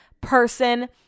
person